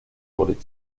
college